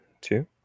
two